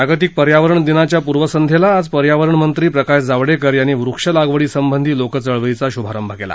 जागतिक पर्यावरण दिनाच्या पूर्वसंध्येला आज पर्यावरणमंत्री प्रकाश जावडेकर यांनी वृक्षलागवडीसंबंधी लोकचळवळीचा शुभारंभ केला